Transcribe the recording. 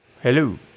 Hello